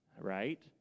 right